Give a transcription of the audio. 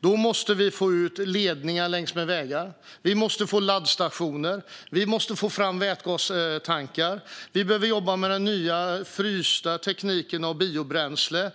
Då måste vi få ut ledningar längs med vägar, och vi måste få laddstationer. Vi måste få fram vätgastankar. Vi behöver jobba med den nya frysta tekniken för biobränsle.